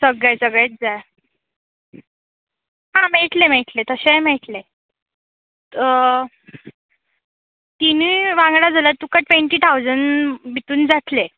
सगळे सगळेच जाय हा मेळटलें मेळटलें तशेंय मेळटलें तिनूय वांगडा जाल्या तुका टेंव्टी ठावजण भितून जातले